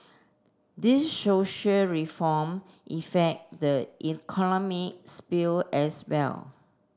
these social reform effect the economic sphere as well